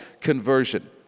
conversion